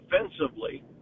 offensively